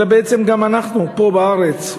אלא גם אנחנו פה בארץ,